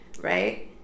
right